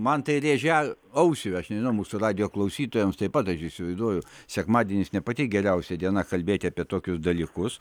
man tai rėžia ausį aš nežinau mūsų radijo klausytojams taip pat aš įsivaizduoju sekmadienis ne pati geriausia diena kalbėti apie tokius dalykus